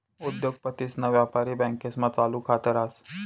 उद्योगपतीसन व्यापारी बँकास्मा चालू खात रास